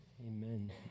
Amen